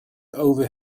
over